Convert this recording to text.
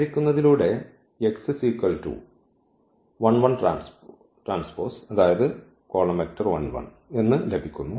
പരിഹരിക്കുന്നതിൽഊടെ ലഭിക്കുന്നു